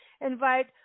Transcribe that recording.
invite